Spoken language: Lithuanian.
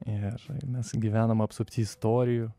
ir mes gyvenam apsupti istorijų